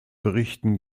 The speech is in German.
berichten